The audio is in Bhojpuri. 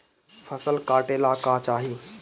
फसल काटेला का चाही?